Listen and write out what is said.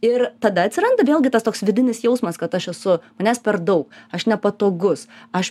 ir tada atsiranda vėlgi tas toks vidinis jausmas kad aš esu manęs per daug aš nepatogus aš